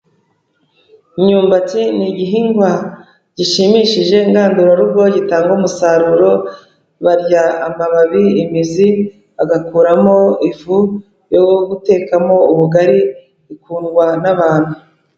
Imyumbati ni igihingwa gishimishije ngandurarugo gitanga umusaruro, barya amababi, imizi, bagakoramo ifu yo gutekamo ubugari, ikundwa n'abantu.